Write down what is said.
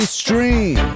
stream